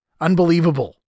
Unbelievable